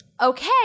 Okay